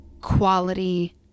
quality